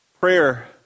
Prayer